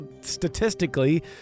statistically